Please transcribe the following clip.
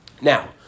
Now